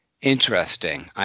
Interesting